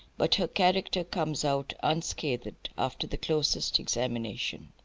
but her character comes out unscathed after the closest examination.